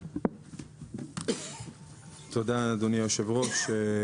תודה, אדוני היושב-ראש.